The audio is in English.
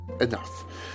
enough